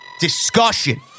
discussion